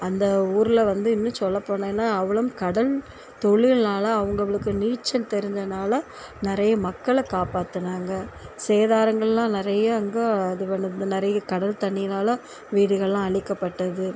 அந்த ஊரில் வந்து இன்னும் சொல்லபோனேனால் அவ்வளவும் கடல் தொழில்னால அவங்களுக்கு நீச்சல் தெரிஞ்சனால நிறைய மக்களை காப்பாற்றுனாங்க சேதாரங்கள்லாம் நிறைய அங்கே அது நிறைய கடல் தண்ணியினால் வீடுகள்லாம் அழிக்கப்பட்டது